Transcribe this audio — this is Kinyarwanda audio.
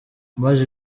maze